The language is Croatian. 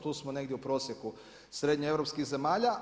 Tu smo negdje u prosjeku srednje europskih zemalja.